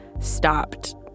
stopped